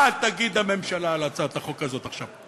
מה תגיד הממשלה על הצעת החוק הזאת עכשיו?